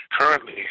Currently